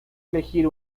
elegir